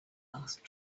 asked